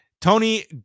Tony